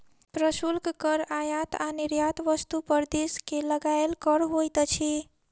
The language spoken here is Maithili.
प्रशुल्क कर आयात आ निर्यात वस्तु पर देश के लगायल कर होइत अछि